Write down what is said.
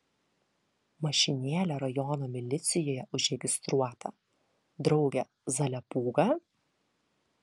mašinėlė rajono milicijoje užregistruota drauge zaliapūga